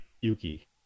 Yuki